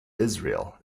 israel